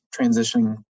transitioning